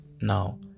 now